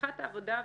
הנחת העבודה,